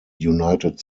united